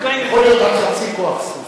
יכול להיות רק חצי כוח סוס,